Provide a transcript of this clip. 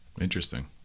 Interesting